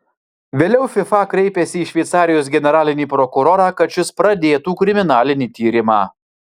vėliau fifa kreipėsi į šveicarijos generalinį prokurorą kad šis pradėtų kriminalinį tyrimą